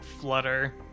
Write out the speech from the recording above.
flutter